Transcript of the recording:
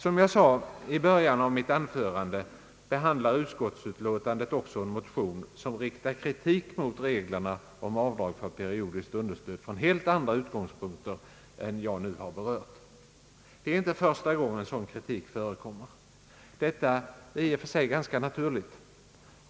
Som jag sade i början av mitt anförande behandlar utskottsbetänkandet också en motion, som riktar kritik mot reglerna om avdrag för periodiskt understöd från helt andra utgångspunkter än jag nu har berört. Det är inte första gången som sådan kritik förekommer. Detta är i och för sig ganska naturligt.